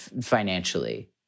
financially